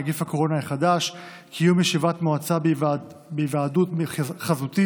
נגיף הקורונה החדש) (קיום ישיבת מועצה בהיוועדות חזותית),